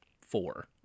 four